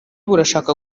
burashaka